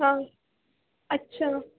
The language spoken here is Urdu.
ہاں اچّھا